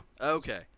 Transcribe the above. Okay